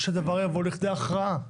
שהדבר יבוא לכדי הכרעה.